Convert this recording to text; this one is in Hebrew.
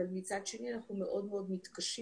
אבל מצד שני אנחנו מאוד מאוד מתקשים